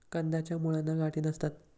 कंदाच्या मुळांना गाठी नसतात